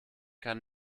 kann